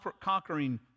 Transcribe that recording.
conquering